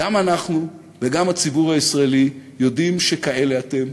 גם אנחנו וגם הציבור הישראלי יודעים שכאלה אתם,